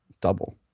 Double